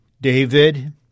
David